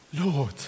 Lord